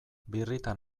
birritan